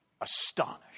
astonished